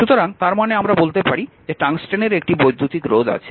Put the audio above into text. সুতরাং তার মানে আমরা বলতে পারি যে টংস্টেনের একটি বৈদ্যুতিক রোধ আছে